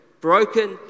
broken